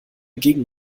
gegen